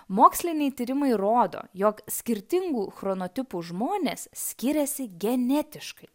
moksliniai tyrimai rodo jog skirtingų chronotipų žmonės skiriasi genetiškai